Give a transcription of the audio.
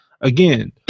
again